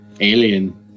alien